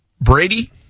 Brady